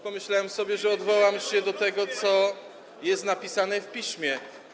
Pomyślałem sobie, że odwołam się do tego, co jest napisane w Piśmie.